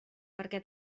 perquè